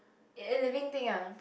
a living thing ah